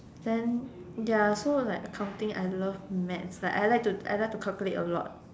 then ya so like accounting I love maths I like to I like to calculate a lot